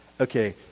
okay